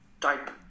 type